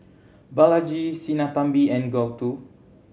Balaji Sinnathamby and Gouthu